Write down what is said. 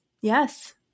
yes